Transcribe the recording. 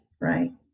right